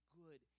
good